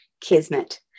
kismet